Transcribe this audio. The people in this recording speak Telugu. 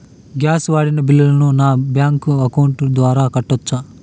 గ్యాస్ వాడిన బిల్లును నా బ్యాంకు అకౌంట్ ద్వారా కట్టొచ్చా?